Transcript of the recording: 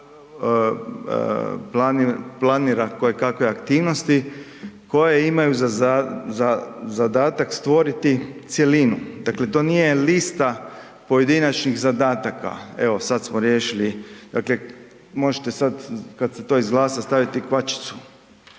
planira kojekakve aktivnosti koje imaju zadatak stvoriti cjelinu. Dakle to nije lista pojedinačnih zadataka, evo sad smo riješili, dakle možete sada kada se to izglasa staviti kvačicu,